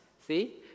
See